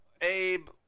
Abe